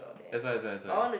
that's why that's why that's why